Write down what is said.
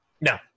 No